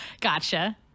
gotcha